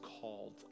called